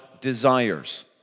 desires